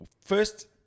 first